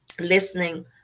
listening